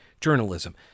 journalism